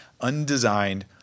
undesigned